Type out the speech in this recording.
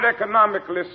economically